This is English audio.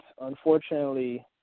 unfortunately